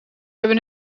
hebben